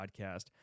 podcast